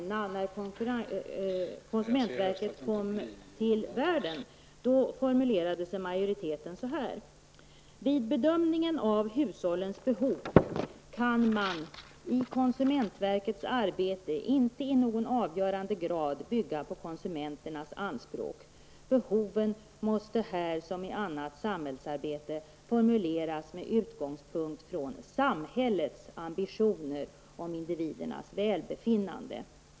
När konsumentverket kom till formulerade sig majoriteten så här: Vid bedömningen av hushållens behov kan man i konsumentverkets arbete inte i någon avgörande grad bygga på konsumenternas anspråk. Behoven måste här som i annat samhällsarbete formuleras med utgångspunkt från samhällets ambitioner om individernas välbefinnande.